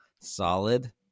solid